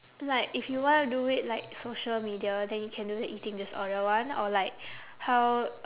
like if you wanna do it like social media then you can do the eating disorder one or like how